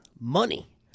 Money